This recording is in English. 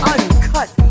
Uncut